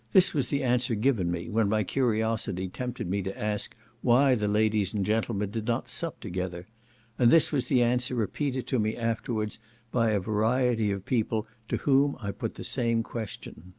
this was the answer given me, when my curiosity tempted me to ask why the ladies and gentlemen did not sup together and this was the answer repeated to me afterwards by a variety of people to whom i put the same question.